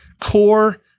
core